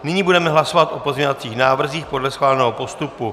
Nyní budeme hlasovat o pozměňovacích návrzích podle schváleného postupu.